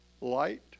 light